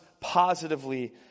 positively